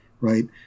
Right